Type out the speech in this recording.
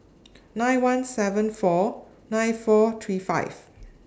nine one seven four nine four three five